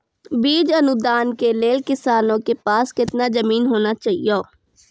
बीज अनुदान के लेल किसानों के पास केतना जमीन होना चहियों?